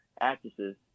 actresses